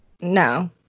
No